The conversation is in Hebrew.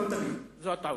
לא תמיד, זו הטעות.